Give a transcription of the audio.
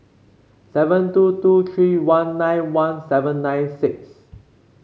seven two two three one nine one seven nine six